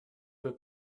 peu